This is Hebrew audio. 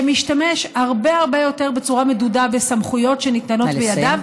שמשתמש בצורה הרבה הרבה יותר מדודה בסמכויות שניתנות בידיו,